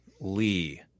Lee